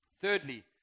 Thirdly